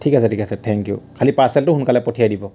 ঠিক আছে ঠিক আছে ঠেংক ইউ খালী পাৰ্চেলটো সোনকালে পঠিয়াই দিব